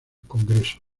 congreso